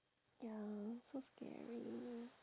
ya so scary